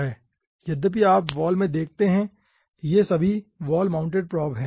यद्यपि आप वॉल में देखते हैं ये सभी वाल माउंटेड प्रोब हैं